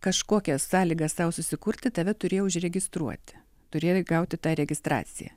kažkokias sąlygas sau susikurti tave turėjo užregistruoti turėjai gauti tą registraciją